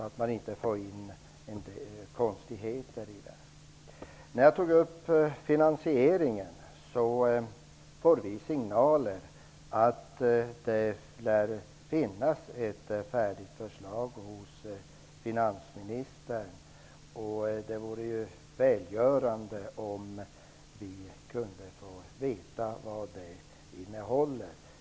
Det får inte bli något konstigt här. Jag tog upp frågan om finansieringen. Vi har fått signaler om att det lär finnas ett färdigt förslag hos finansministern. Det vore välgörande om vi kunde få veta vad det innehåller.